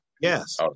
Yes